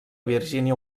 virgínia